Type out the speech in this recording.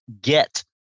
get